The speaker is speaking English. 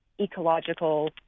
ecological